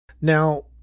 Now